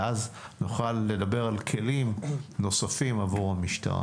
ואז נוכל לדבר על כלים נוספים בעבור המשטרה.